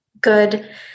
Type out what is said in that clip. good